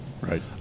Right